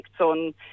on